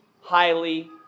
highly